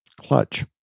clutch